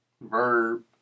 verb